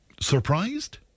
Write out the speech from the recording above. Surprised